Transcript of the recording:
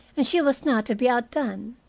and she was not to be outdone.